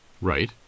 Right